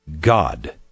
God